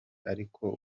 ariko